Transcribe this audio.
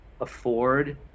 afford